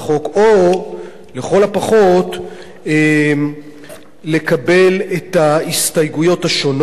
או לכל הפחות לקבל את ההסתייגויות השונות,